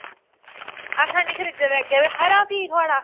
अस हैनी खरीद दे अग्गें ते खरा फ्ही थोआढ़ा